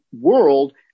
world